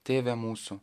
tėve mūsų